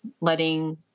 letting